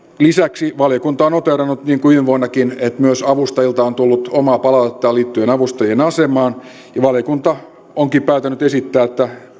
lisäksi valiokunta on noteerannut niin kuin viime vuonnakin että myös avustajilta on tullut omaa palautetta liittyen avustajien asemaan ja valiokunta onkin päättänyt esittää